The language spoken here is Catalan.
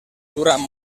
durant